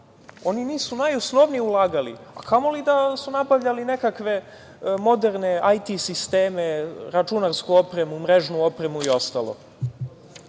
oni nisu najosnovnije ulagali, a kamoli da su nabavljali nekakve moderne IT sisteme, računarsku opremu, mrežnu opremu i ostalo.